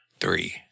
three